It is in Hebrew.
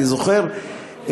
אני זוכר,